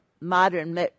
modern